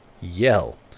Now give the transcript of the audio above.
Yell